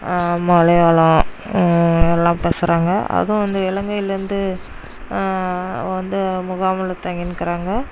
மலையாளம் எல்லாம் பேசுகிறாங்க அதுவும் வந்து இலங்கையிலருந்து வந்து முகாமில் தங்கினுக்குறாங்க